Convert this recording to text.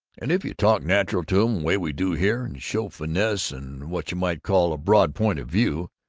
and if you talk natural to em, way we do here, and show finesse and what you might call a broad point of view,